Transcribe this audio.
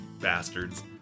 Bastards